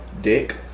Dick